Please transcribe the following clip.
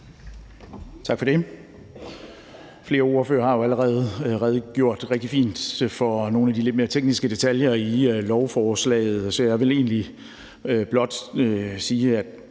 Tak for det.